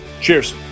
Cheers